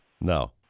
no